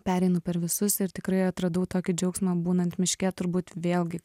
pereinu per visus ir tikrai atradau tokį džiaugsmą būnant miške turbūt vėlgi